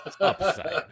Upside